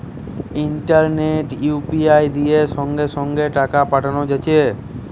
ইন্টারনেটে ইউ.পি.আই দিয়ে সঙ্গে সঙ্গে টাকা পাঠানা যাচ্ছে